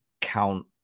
count